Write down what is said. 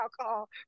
alcohol